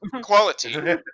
Quality